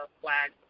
flag